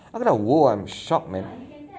aku dah !wow! I'm shocked man